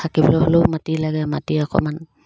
থাকিবলৈ হ'লেও মাট লাগে মাটি অকমান